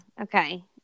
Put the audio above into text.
Okay